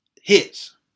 hits